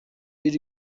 iri